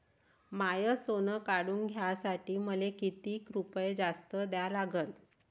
माय सोनं काढून घ्यासाठी मले कितीक रुपये जास्त द्या लागन?